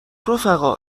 رفقا